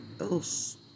else